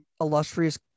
illustrious